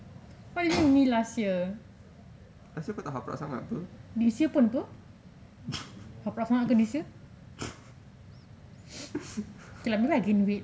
what you mean last year this year pun apa haprak sangat ke this year okay lah maybe I gain weight